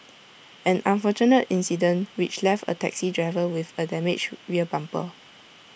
an unfortunate incident which left A taxi driver with A damaged rear bumper